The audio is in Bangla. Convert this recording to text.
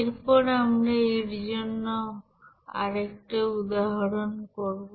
এরপর আমরা এর জন্য আরেকটা উদাহরণ করব